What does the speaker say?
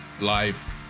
life